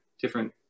different